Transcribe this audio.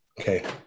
Okay